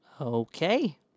Okay